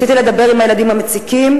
ניסיתי לדבר עם הילדים המציקים,